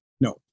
no